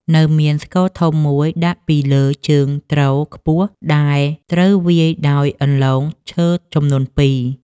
នៅមានស្គរធំមួយដាក់ពីលើជើងទ្រខ្ពស់ ដែលត្រូវវាយដោយអន្លូងឈើចំនួនពីរ។